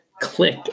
click